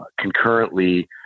concurrently